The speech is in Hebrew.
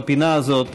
בפינה הזאת,